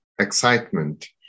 excitement